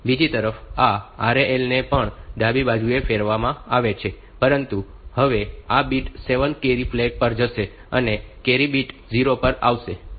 બીજી તરફ આ RAL ને પણ ડાબી બાજુએ ફેરવવામાં આવે છે પરંતુ હવે આ બીટ 7 કેરી ફ્લેગ પર જશે અને કેરી બીટ 0 પર આવશે